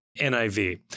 NIV